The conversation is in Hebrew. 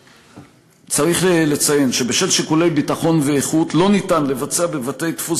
צריך לציין שבשל שיקולי ביטחון ואיכות לא ניתן לבצע בבתי-דפוס